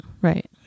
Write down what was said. Right